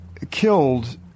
killed